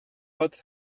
hat